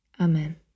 Amen